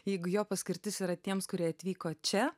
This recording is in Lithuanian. jeigu jo paskirtis yra tiems kurie atvyko čia